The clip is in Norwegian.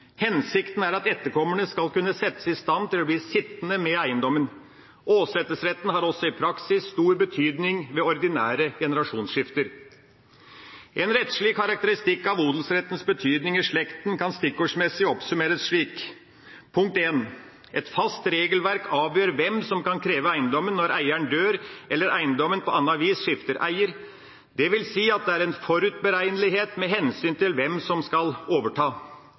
Hensikten er at etterkommerne skal kunne settes i stand til å bli sittende med eiendommen. Åsetesretten har også i praksis stor betydning ved ordinære generasjonsskifter. En rettslig karakteristikk av odelsrettens betydning i slekten kan stikkordsmessig oppsummeres slik: Et fast regelverk avgjør hvem som kan kreve eiendommen når eieren dør eller eiendommen på annet vis skifter eier, dvs. at det er en forutberegnelighet med hensyn til hvem som skal overta.